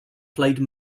played